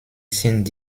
sind